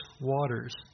waters